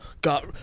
got